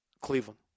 Cleveland